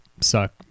suck